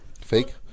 fake